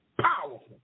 powerful